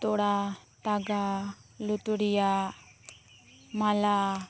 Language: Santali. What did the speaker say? ᱛᱚᱲᱟ ᱛᱟᱜᱟ ᱞᱩᱛᱩᱨ ᱨᱮᱭᱟᱜ ᱢᱟᱞᱟ